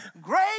Great